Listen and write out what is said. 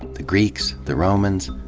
the greeks, the romans,